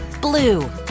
blue